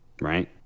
right